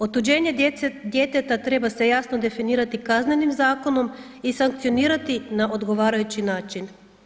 Otuđenje djeteta treba se jasno definirati Kaznenim zakonom i sankcionirati na odgovarajući način.